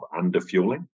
underfueling